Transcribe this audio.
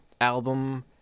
album